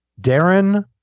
Darren